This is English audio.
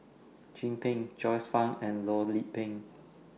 Chin Peng Joyce fan and Loh Lik Peng